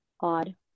odd